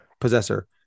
Possessor